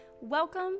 welcome